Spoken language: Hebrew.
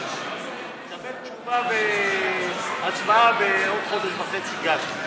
תקבל תשובה והצבעה בעוד חודש וחצי גג.